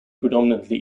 predominantly